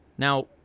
Now